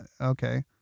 Okay